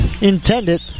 Intended